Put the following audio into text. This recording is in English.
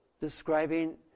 describing